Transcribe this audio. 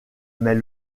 mais